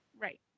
Right